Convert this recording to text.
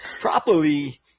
properly